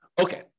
Okay